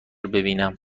ببینم